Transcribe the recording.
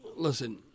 Listen